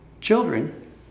Children